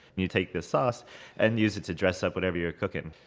you take this sauce and use it to dress up whatever you're cooking.